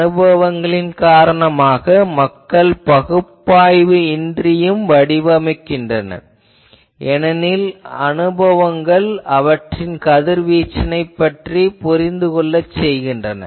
அனுபவங்களின் காரணமாக மக்கள் பகுப்பாய்வு இன்றியும் வடிவமைக்கின்றனர் ஏனெனில் அனுபவங்கள் அவற்றின் கதிர்வீச்சினைப் பற்றி புரிந்து கொள்ளச் செய்கின்றன